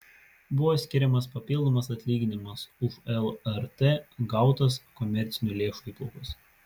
buvo skiriamas papildomas atlyginimas už lrt gautas komercinių lėšų įplaukas